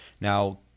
Now